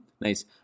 Nice